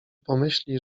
pomyśli